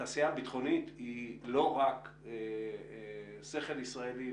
התעשייה הביטחונית היא לא רק שכל ישראלי,